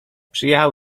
przyjechał